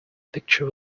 picture